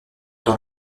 dans